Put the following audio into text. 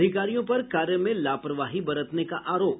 अधिकारियों पर कार्य में लावरवाही बरतने का अरोप